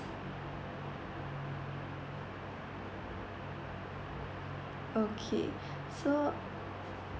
okay so